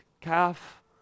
calf